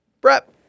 Brett